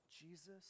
Jesus